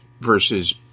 versus